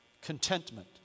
contentment